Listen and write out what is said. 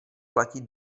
platí